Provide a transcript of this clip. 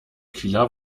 kieler